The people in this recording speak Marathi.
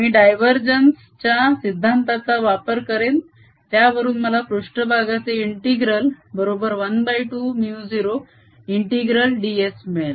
मी डाय वर जेन्स च्या सिद्धांताचा वापर करेन त्यावरून मला पृष्ट्भागाचे इंटीग्रल बरोबर ½ μ0∫ds मिळेल